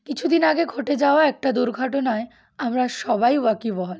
কিছুদিন আগে ঘটে যাওয়া একটা দুর্ঘটনায় আমরা সবাই ওয়াকিব হয়